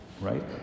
right